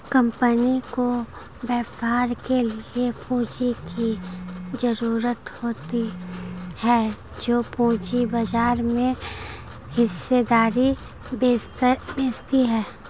company को व्यापार के लिए पूंजी की ज़रूरत होती है जो पूंजी बाजार में हिस्सेदारी बेचती है